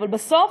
אבל בסוף,